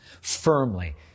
Firmly